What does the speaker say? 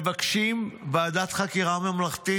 מבקשים ועדת חקירה ממלכתית.